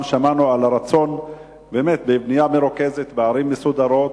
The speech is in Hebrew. שמענו גם על הרצון לבנייה מרוכזת בערים מסודרות,